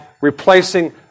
replacing